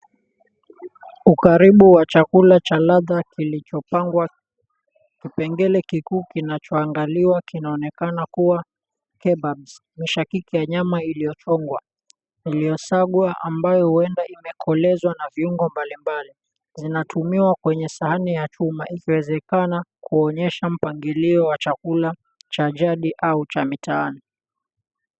Ukaribu wa chakula cha ladha kilichopangwa kipengele kikuu kinachoangaliwa kinaonekana kua Kebabs. Mshakiki ya nyama iliyochomwa, iliosagwa, ambayo huenda imekolezwa na viungo mbalimbali zinatumiwa kwenye sahani ya chuma ikiwezekana kuonyesha mpangilio wa chakula cha jadi au cha mitaani.